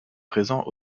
présent